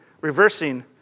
reversing